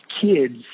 kids